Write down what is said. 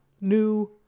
new